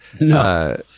no